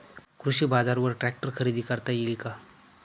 कृषी बाजारवर ट्रॅक्टर खरेदी करता येईल का?